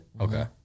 Okay